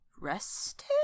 rested